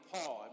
Paul